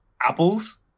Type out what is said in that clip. apples